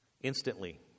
instantly